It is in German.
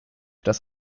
dass